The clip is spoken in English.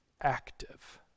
active